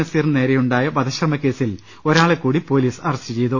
നസീന് നേരെയുണ്ടായ വധശ്രമ കേസിൽ ഒരാ ളെ കൂടി പോലീസ് അറസ്റ്റ് ചെയ്തു